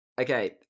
Okay